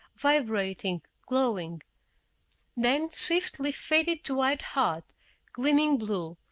vibrating, glowing then swiftly faded to white-hot, gleaming blue,